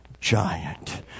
giant